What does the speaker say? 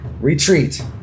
Retreat